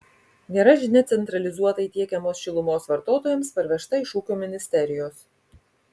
gera žinia centralizuotai tiekiamos šilumos vartotojams parvežta iš ūkio ministerijos